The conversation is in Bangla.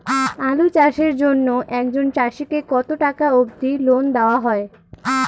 আলু চাষের জন্য একজন চাষীক কতো টাকা অব্দি লোন দেওয়া হয়?